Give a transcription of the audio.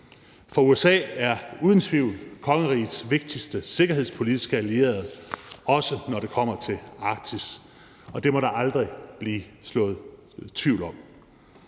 for USA er uden tvivl kongerigets vigtigste sikkerhedspolitiske allierede, også når det kommer til Arktis. Det må der aldrig blive sået tvivl om.